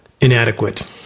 inadequate